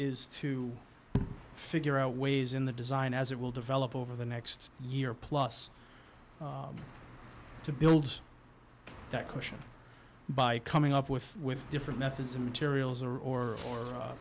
is to figure out ways in the design as it will develop over the next year plus to build that cushion by coming up with with different methods and materials or